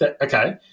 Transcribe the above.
okay